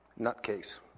nutcase